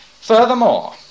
Furthermore